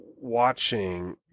watching